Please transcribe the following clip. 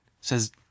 says